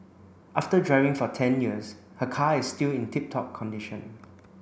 after driving for ten years her car is still in tip top condition